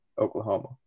Oklahoma